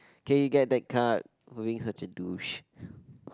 K you get that card for being such a douche